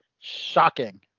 Shocking